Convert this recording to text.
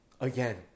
Again